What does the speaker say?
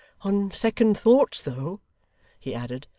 on second thoughts though he added,